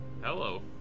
Hello